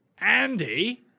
Andy